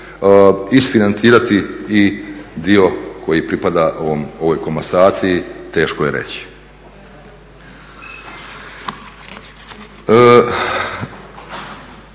isfinancirati i dio koji pripada ovoj komasaciji, teško je reći.